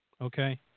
Okay